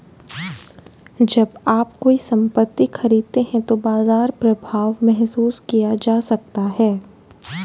जब आप कोई संपत्ति खरीदते हैं तो बाजार प्रभाव महसूस किया जा सकता है